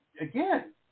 again